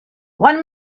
one